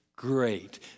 Great